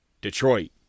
Detroit